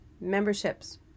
memberships